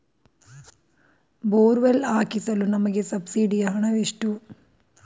Borewell ಹಾಕಿಸಲು ನಮಗೆ ಸಬ್ಸಿಡಿಯ ಹಣವೆಷ್ಟು?